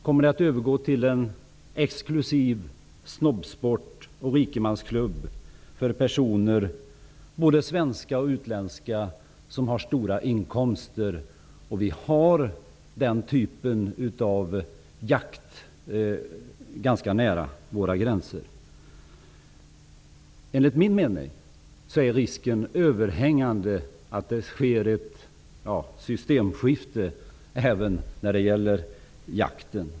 Kommer jakten att i stället bli en exklusiv snobbsport och rikemansklubb för svenska och utländska personer med stora inkomster? Den typen av jakt förekommer ganska nära våra gränser. Enligt min mening är risken överhängande att det kommer att ske ett ''systemskifte'' även när det gäller jakten.